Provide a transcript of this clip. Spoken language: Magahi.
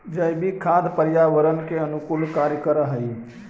जैविक खाद पर्यावरण के अनुकूल कार्य कर हई